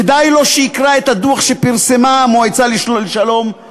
כדאי לו שיקרא את הדוח שפרסמה המועצה לשלום וביטחון.